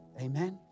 Amen